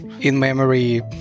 in-memory